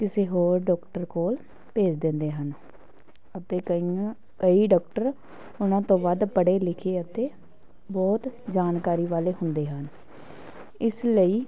ਕਿਸੇ ਹੋਰ ਡਾਕਟਰ ਕੋਲ ਭੇਜ ਦਿੰਦੇ ਹਨ ਅਤੇ ਕਈਆਂ ਕਈ ਡਾਕਟਰ ਉਹਨਾਂ ਤੋਂ ਵੱਧ ਪੜ੍ਹੇ ਲਿਖੇ ਅਤੇ ਬਹੁਤ ਜਾਣਕਾਰੀ ਵਾਲੇ ਹੁੰਦੇ ਹਨ ਇਸ ਲਈ